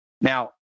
Now